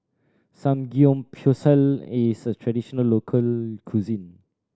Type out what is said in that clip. samgeyopsal is a traditional local cuisine